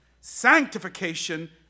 sanctification